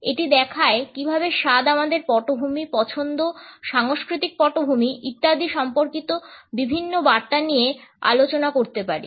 এটি দেখায় কীভাবে স্বাদ আমাদের পটভূমি পছন্দ সাংস্কৃতিক পটভূমি ইত্যাদি সম্পর্কিত বিভিন্ন বার্তা নিয়ে আলোচনা করতে পারে